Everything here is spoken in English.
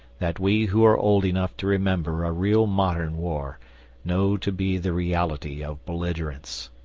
that we who are old enough to remember a real modern war know to be the reality of belligerence.